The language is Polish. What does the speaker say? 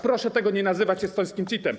Proszę tego nie nazywać estońskim CIT-em.